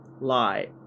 lie